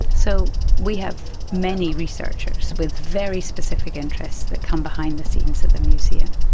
so we have many researchers with very specific interests that come behind the scenes at the museum.